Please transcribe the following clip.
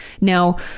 Now